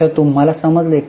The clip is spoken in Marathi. तर तुम्हाला समजले का